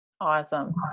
Awesome